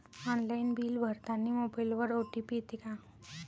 Online bill भरतानी मोबाईलवर OTP येते का?